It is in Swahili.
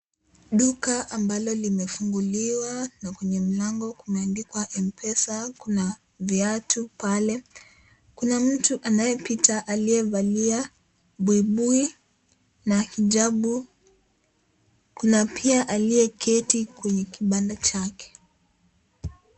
Duka ambalo limefunguliwa na kwenye mlango kumeandikwa Mpesa kuna viatu pale. Kuna mtu anayepita aliyevalia buibui na hijabu, kuna pia aliyeketi kwenye kibanda chake.